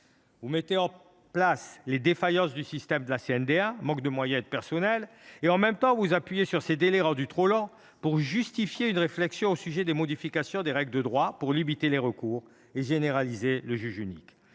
Vous organisez les défaillances systémiques de la CNDA – manque de moyens et de personnels – et, en même temps, vous vous appuyez sur ces délais rendus trop longs pour justifier une réflexion au sujet des modifications des règles de droit pour limiter les recours et généraliser le juge unique